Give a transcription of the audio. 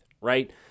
right